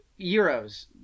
euros